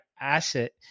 asset